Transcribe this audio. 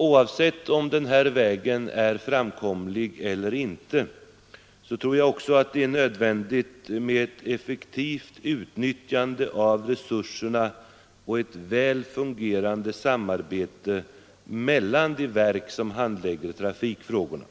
Oavsett om den här vägen är framkomlig eller inte tror jag också att det är nödvändigt med ett effektivt utnyttjande av resurserna och väl fungerande samarbete mellan de verk som handlägger trafikfrågorna.